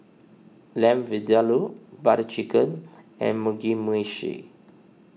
Lamb Vindaloo Butter Chicken and Mugi Meshi